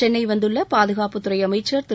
சென்னை வந்துள்ள பாதுகாப்புத்துறை அமைச்சர் திரு